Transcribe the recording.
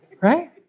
right